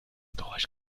geräusch